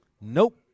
Nope